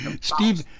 Steve